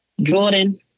Jordan